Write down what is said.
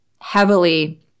heavily